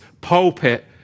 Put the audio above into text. pulpit